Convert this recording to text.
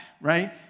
right